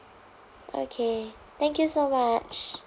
okay thank you so much